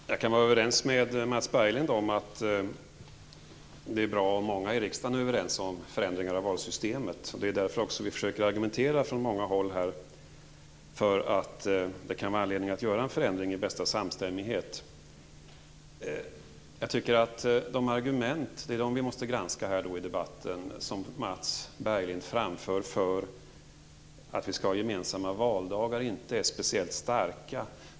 Fru talman! Jag kan hålla med Mats Berglind om att det är bra om många i riksdagen är överens om förändringar av valsystemet. Det är just därför som vi från många håll försöker argumentera för att det kan finnas anledning att göra en förändring i bästa samstämmighet. Vi måste granska de argument i den här debatten som Mats Berglind lägger fram för gemensamma valdagar och som inte är speciellt starka.